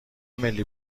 ملی